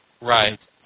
Right